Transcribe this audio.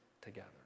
together